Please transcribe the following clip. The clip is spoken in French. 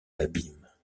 l’abîme